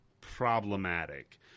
problematic